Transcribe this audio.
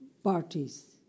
parties